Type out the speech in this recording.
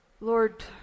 Lord